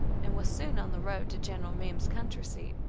and was soon on the road to general meem's country-seat.